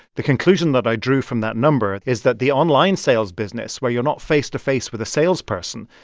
the conclusion that i drew from that number is that the online sales business, where you're not face to face with a salesperson,